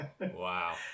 Wow